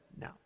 No